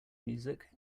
music